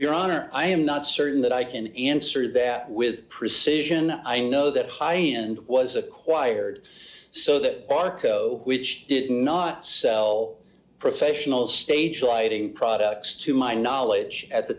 your honor i am not certain that i can answer that with precision i know that high end was acquired so that arco which did not sell professional stage lighting products to my knowledge at the